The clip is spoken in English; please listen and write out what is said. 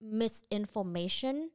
misinformation